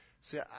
See